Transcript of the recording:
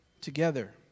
together